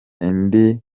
indi